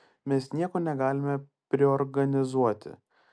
mes nieko negalime priorganizuoti